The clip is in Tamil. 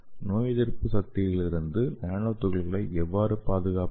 நோயெதிர்ப்பு சக்தியிலிருந்து நானோ துகள்களை எவ்வாறு பாதுகாப்பது